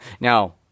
Now